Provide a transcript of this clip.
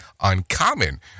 uncommon